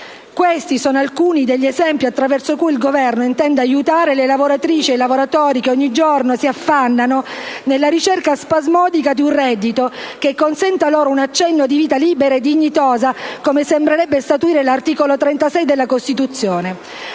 Questi sono alcuni degli esempi attraverso cui il Governo intende aiutare le lavoratrici e i lavoratori che ogni giorno si affannano nella ricerca spasmodica di un reddito che consenta loro un accenno di vita libera e dignitosa, come sembrerebbe statuire l'articolo 36 della Costituzione.